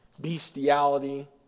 bestiality